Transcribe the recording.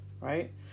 right